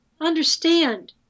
understand